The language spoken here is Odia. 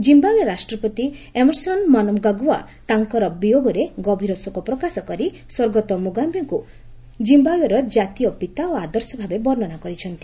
ଜିୟାଓ୍ସେ ରାଷ୍ଟ୍ରପତି ଏମର୍ସନ ମନଗଗ୍ୱା ତାଙ୍କର ବିୟୋଗରେ ଗଭୀର ଶୋକ ପ୍ରକାଶ କରି ସ୍ୱର୍ଗତ ମୁଗାବେଙ୍କୁ ଜିମ୍ବାଓ୍ବେର ଜାତୀୟ ପିତା ଓ ଆଦର୍ଶ ଭାବେ ବର୍ଣ୍ଣନା କରିଛନ୍ତି